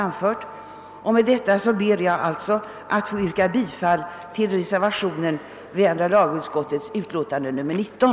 Med detta ber jag att få yrka bifall till reservationen vid andra lagutskottets utlåtande nr 19.